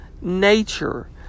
nature